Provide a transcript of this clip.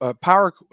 Power